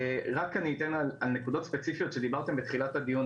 אני רק אתן על נקודות ספציפיות שדיברתם בתחילת הדיון,